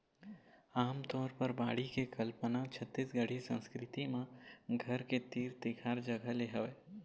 आमतौर म बाड़ी के कल्पना छत्तीसगढ़ी संस्कृति म घर के तीर तिखार जगा ले हवय